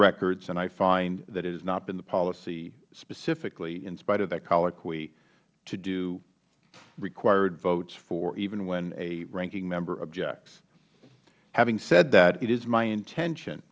records and i find that it has not been the policy specifically in spite of that colloquy to do required votes for even when a ranking member objects having said that it is my intention